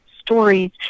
stories